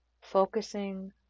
focusing